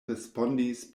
respondis